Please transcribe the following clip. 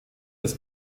des